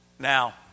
Now